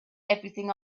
everything